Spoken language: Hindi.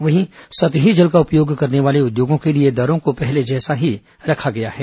वहीं सतही जल का उपयोग करने वाले उद्योगों के लिए दरों को पहले जैसा ही रखा गया है